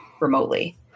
remotely